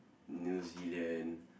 New Zealand